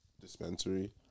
Dispensary